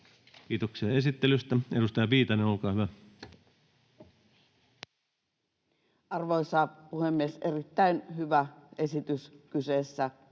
Kiitoksia esittelystä. — Edustaja Viitanen, olkaa hyvä. Arvoisa puhemies! Erittäin hyvä esitys kyseessä